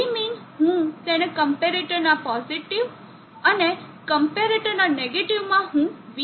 vmin હું તેને comparator ના પોઝિટીવ અને ક્મ્પેરેટર ના નેગેટીવમાં હું vB આપીશ